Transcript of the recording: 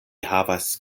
havas